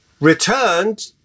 returned